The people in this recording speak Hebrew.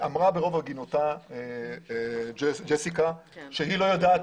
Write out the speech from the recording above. אמרה ברוב הגינותה ג'סיקה שהיא לא יודעת